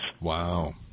Wow